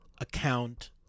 account